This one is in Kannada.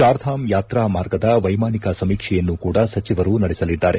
ಚಾರ್ಧಾಮ್ ಯಾತ್ರಾ ಮಾರ್ಗದ ವೈಮಾನಿಕ ಸಮೀಕ್ಷೆಯನ್ನೂ ಕೂಡ ಸಚಿವರು ನಡೆಸಲಿದ್ದಾರೆ